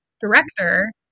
director